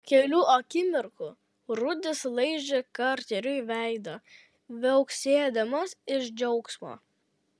po kelių akimirkų rudis laižė karteriui veidą viauksėdamas iš džiaugsmo